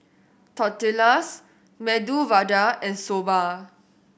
Tortillas Medu Vada and Soba